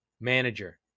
manager